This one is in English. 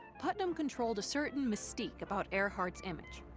putnam controlled a certain mystique about earhart's image,